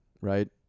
right